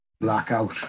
blackout